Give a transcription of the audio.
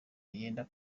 yenda